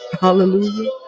Hallelujah